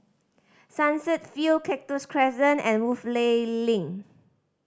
Sunset View Cactus Crescent and Woodleigh Link